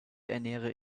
ernähre